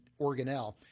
organelle